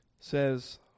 Says